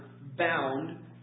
bound